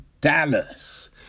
Dallas